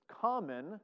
common